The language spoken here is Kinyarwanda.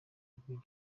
ubwo